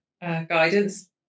guidance